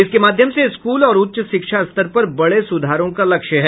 इसके माध्यम से स्कूल और उच्च शिक्षा स्तर पर बड़े सुधारों का लक्ष्य है